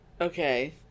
Okay